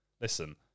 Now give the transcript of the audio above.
listen